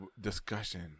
discussion